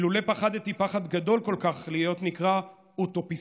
"אילולא פחדתי פחד גדול כל כך להיות נקרא אוּטוֹפִּיסְטָן,